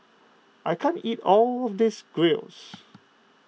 I can't eat all of this Gyros